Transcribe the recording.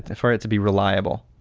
for it to be reliable.